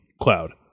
cloud